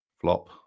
flop